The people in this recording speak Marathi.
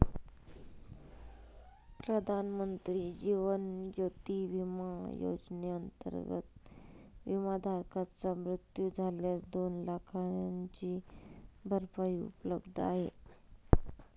प्रधानमंत्री जीवन ज्योती विमा योजनेअंतर्गत, विमाधारकाचा मृत्यू झाल्यास दोन लाखांची भरपाई उपलब्ध आहे